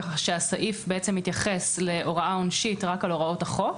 כך שהסעיף יתייחס להוראה עונשית רק הוראות החוק,